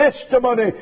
testimony